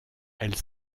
elle